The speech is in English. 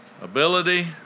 ability